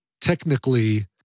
technically